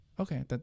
okay